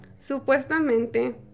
Supuestamente